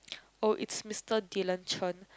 oh it's Mr Dylan-Chen